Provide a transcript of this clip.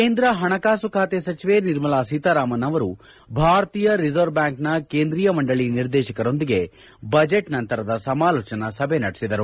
ಕೇಂದ್ರ ಹಣಕಾಸು ಸಚಿವೆ ನಿರ್ಮಲಾ ಸೀತಾರಾಮನ್ ಅವರು ಭಾರತೀಯ ರಿಸರ್ವ್ ಬ್ಯಾಂಕ್ನ ಕೇಂದ್ರೀಯ ಮಂಡಳ ನಿರ್ದೇಶಕರೊಂದಿಗೆ ಬಜೆಟ್ ನಂತರದ ಸಮಾಲೋಚನಾ ಸಭೆ ನಡೆಸಿದರು